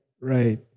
right